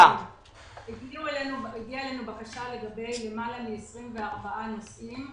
הגיעה אלינו בקשה לגבי למעלה מ-24 נושאים.